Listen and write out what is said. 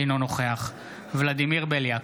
אינו נוכח ולדימיר בליאק,